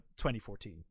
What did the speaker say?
2014